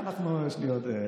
יש לי עוד,